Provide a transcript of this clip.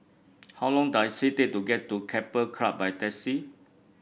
how long does it take to get to Keppel Club by taxi